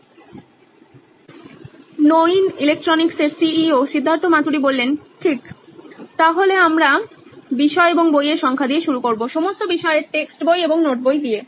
Siddharth Maturi C E O নইন electronics ঠিক তাহলে আমরা বিষয় এবং বইয়ের সংখ্যা দিয়ে শুরু করবো সমস্ত বিষয়ের টেক্সট বই এবং নোট বই দিয়ে